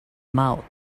mouth